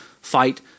fight